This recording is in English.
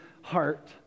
heart